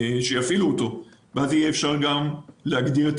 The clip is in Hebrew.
אם באמת אנשים יפעילו את הבלוטוס זה יאפשר להגדיר את